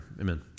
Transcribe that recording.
Amen